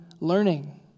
learning